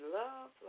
love